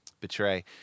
betray